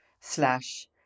slash